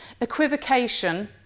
equivocation